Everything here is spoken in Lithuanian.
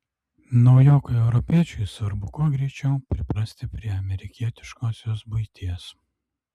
naujokui europiečiui svarbu kuo greičiau priprasti prie amerikietiškosios buities